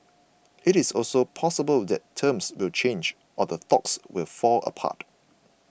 it is also possible that terms will change or the talks will fall apart